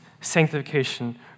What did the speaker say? sanctification